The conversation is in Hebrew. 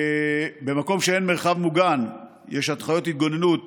במקום שאין מרחב מוגן יש הנחיות התגוננות